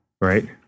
Right